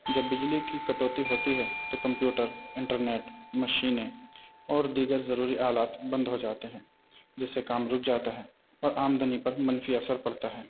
جب بجلی کی کٹوتی ہوتی ہے تو کمپیوٹر انٹرنیٹ مشینیں اور دیگر ضروری آلات بند ہو جاتے ہیں جس سے کام رک جاتا ہے اور آمدنی پر منفی اثر پڑتا ہے